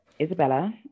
Isabella